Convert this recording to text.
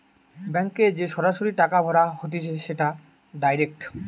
ব্যাংকে যে সরাসরি টাকা ভরা হতিছে সেটা ডাইরেক্ট